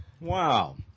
Wow